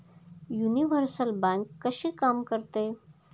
Universal bank कशी काम करते?